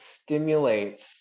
stimulates